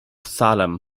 salem